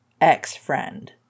ex-friend